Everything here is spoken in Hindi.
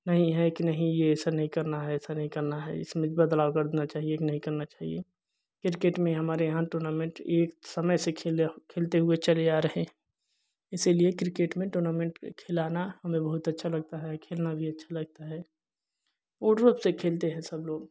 नहीं है कि नहीं ऐसा नहीं करना है ऐसा नहीं करना है इसमें बदलाव करन चाहिए की नहीं करना चाहिए क्रिकेट में हमारे यहाँ टूर्नामेंट एक समय से खेले खेलते हुए चले आ रहे इसीलिए क्रिकेट में टूर्नामेंट पर खिलाना हमें बहुत अच्छा लगता है खेलना भी अच्छा लगता है पूर्णरूप से खेलते हैं सब लोग